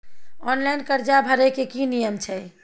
Online कर्जा भरै के की नियम छै?